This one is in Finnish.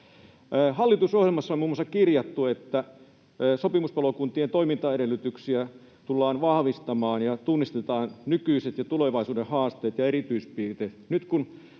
Hallitusohjelmassa on muun muassa kirjattu, että sopimuspalokuntien toimintaedellytyksiä tullaan vahvistamaan ja tunnistetaan nykyiset ja tulevaisuuden haasteet ja erityispiirteet.